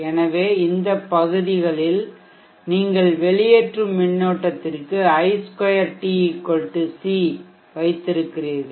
எனவே இந்த பகுதிகளில் நீங்கள் வெளியேற்றும் மின்னோட்டத்திற்கு i2t C வைத்திருக்கிறீர்கள்